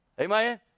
Amen